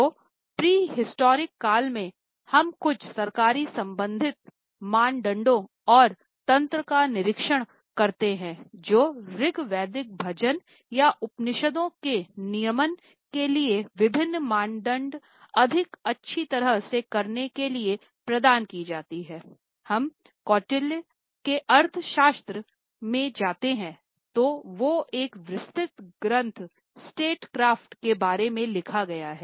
तो प्रेहिस्टोरिक के बारे में लिखा गया है